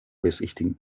besichtigen